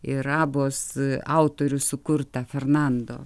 ir abos autorių sukurtą fernando